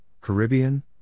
Caribbean